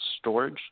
storage